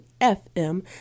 FM